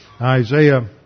Isaiah